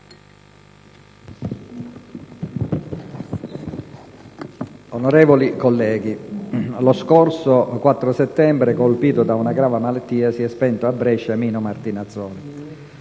Onorevoli colleghi, lo scorso 4 settembre, colpito da una grave malattia, si è spento a Brescia Mino Martinazzoli.